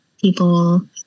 people